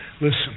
Listen